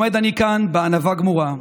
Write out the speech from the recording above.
עומד אני כאן, בענווה גמורה,